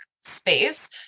space